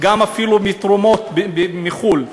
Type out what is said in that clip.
אפילו מתרומות מחו"ל,